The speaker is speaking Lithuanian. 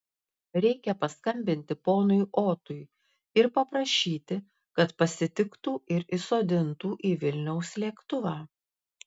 reikia paskambinti ponui otui ir paprašyti kad pasitiktų ir įsodintų į vilniaus lėktuvą